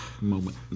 moment